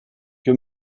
que